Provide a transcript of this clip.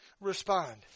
respond